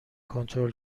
کنترل